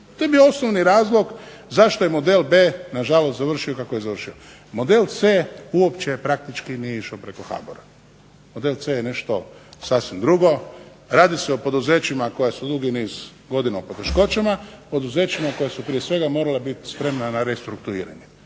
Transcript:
To je bio osnovni razlog zašto je Model B. na žalost završio kako je završio, Model C. uopće praktički nije išao preko HBOR-a. Model C. je sasvim nešto drugo. Radi se o poduzećima koja su dugi niz godina u poteškoćama, poduzećima koja su prije svega morala biti spremna na restrukturiranje.